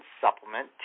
supplement